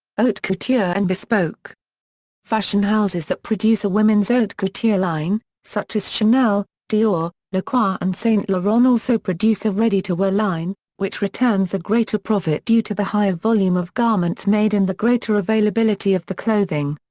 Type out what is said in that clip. haute couture and bespoke fashion houses that produce a women's haute couture line, such as chanel, dior, lacroix ah and saint laurent also produce a ready-to-wear line, which returns a greater profit due to the higher volume of garments made and the greater availability of the clothing.